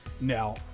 Now